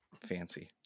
Fancy